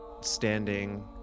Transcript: standing